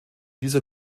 dieser